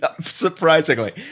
surprisingly